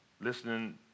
listening